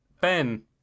Ben